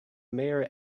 mayor